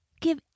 give